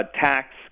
tax